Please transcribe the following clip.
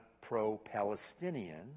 pro-Palestinian